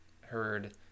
heard